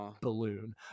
balloon